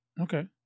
okay